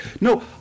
no